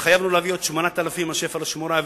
והתחייבנו להביא עוד 8,000 אנשי פלאשמורה.